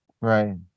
right